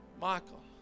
Michael